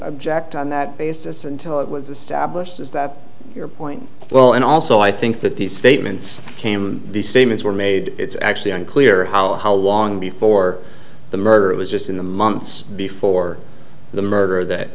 object on that basis until it was established is that your point well and also i think that these statements came these statements were made it's actually unclear how long before the murder it was just in the months before the murder that